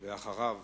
אחריו,